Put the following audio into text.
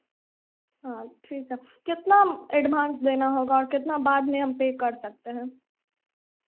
हाँ ठीक है कितना एडव्हांस देना होगा कितना बाद में हम पर कर सकते हैं